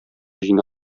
җиңә